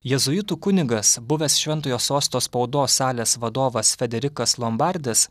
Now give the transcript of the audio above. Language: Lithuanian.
jėzuitų kunigas buvęs šventojo sosto spaudos salės vadovas federikas lombardis